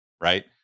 right